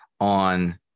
on